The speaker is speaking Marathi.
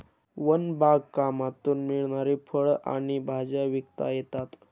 वन बागकामातून मिळणारी फळं आणि भाज्या विकता येतात